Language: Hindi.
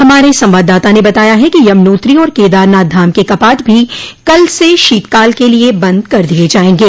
हमारे संवाददाता ने बताया है कि यमनोत्री और केदारनाथ धाम के कपाट भी कल से शीतकाल के लिए बंद कर दिए जाएंगे